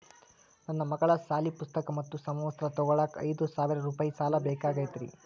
ನನ್ನ ಮಗಳ ಸಾಲಿ ಪುಸ್ತಕ್ ಮತ್ತ ಸಮವಸ್ತ್ರ ತೊಗೋಳಾಕ್ ಐದು ಸಾವಿರ ರೂಪಾಯಿ ಸಾಲ ಬೇಕಾಗೈತ್ರಿ